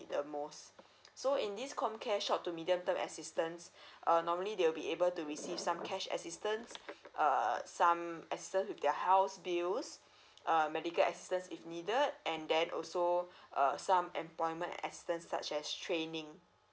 the most so in this C_O_M care short to medium term assistance err normally they will be able to receive some cash assistance err some assistance with their house bills err medical assistance if needed and then also err some employment assistance such as training